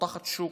פותחת שוק,